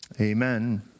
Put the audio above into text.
Amen